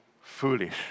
foolish